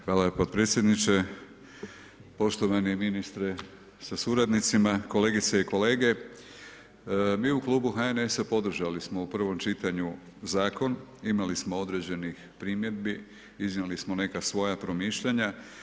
Hvala potpredsjedniče, poštovani ministre sa suradnicima, kolegice i kolege, mi u klubu HNS-a podržali smo u prvom čitanju Zakon Imali smo određenih primjedbi, iznijeli smo neka svoja promišljanja.